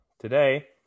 Today